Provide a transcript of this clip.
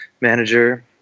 manager